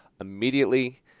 immediately